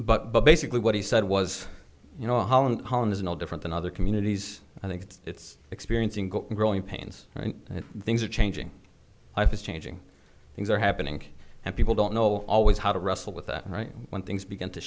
but but basically what he said was you know holland holland is no different than other communities i think it's experiencing growing pains and things are changing ive is changing things are happening and people don't know always how to wrestle with that right when things begin to